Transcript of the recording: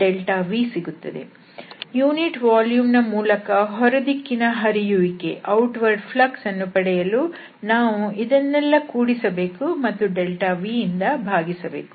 ಏಕಾಂಶ ಘನಫಲದ ಮೂಲಕ ಹೊರದಿಕ್ಕಿನ ಹರಿಯುವಿಕೆ ಯನ್ನು ಪಡೆಯಲು ನಾವು ಇದನ್ನೆಲ್ಲ ಕೂಡಿಸಬೇಕು ಮತ್ತು Vಇಂದ ಭಾಗಿಸಬೇಕು